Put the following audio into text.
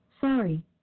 Sorry